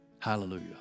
Hallelujah